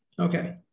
Okay